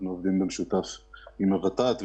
אנחנו עובדים במשותף עם הות"ת,